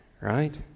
right